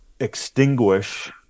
extinguish